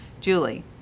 Julie